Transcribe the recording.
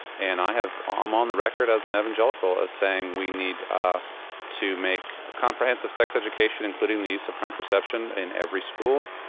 and i have, i'm um on the record as an evangelical as saying we need to make comprehensive sex education, including the use of contraception in every school,